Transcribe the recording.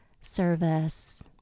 service